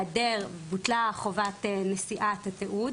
בוטלה חובת נשיאת התיעוד